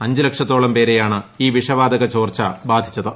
അഞ്ചു ലക്ഷത്തോളം പേരെയാണ് ഈ വിഷവാതക ചോർച്ച ബാധിച്ചത്